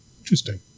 Interesting